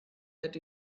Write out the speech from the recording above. that